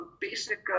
basic